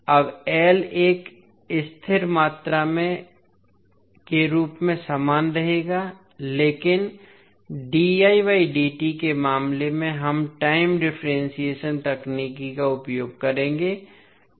अब L एक स्थिर मात्रा के रूप में समान रहेगा लेकिन के मामले में हम टाइम डिफ्रेंशएशन तकनीक का उपयोग करेंगे